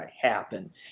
happen